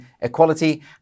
equality